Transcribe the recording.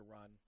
run